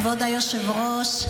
כבוד היושב-ראש,